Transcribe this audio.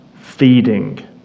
feeding